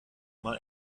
mal